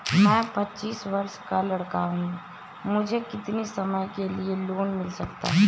मैं पच्चीस वर्ष का लड़का हूँ मुझे कितनी समय के लिए लोन मिल सकता है?